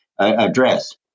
address